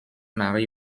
marie